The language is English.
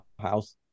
house